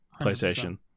Playstation